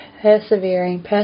persevering